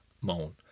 Moan